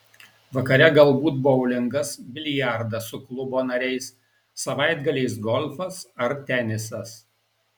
vakare galbūt boulingas biliardas su klubo nariais savaitgaliais golfas ar tenisas